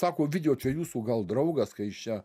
sako ovidijau čia jūsų gal draugas ka jis čia